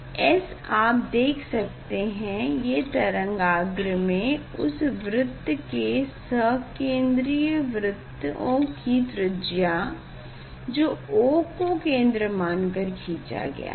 S आप देख सकते हैं ये है तरंगाग्र में उस वृत या सकेंद्री वृत्त की त्रिज्या जो O को केंद्र मान कर खिचा गया है